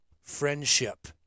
friendship